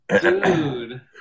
Dude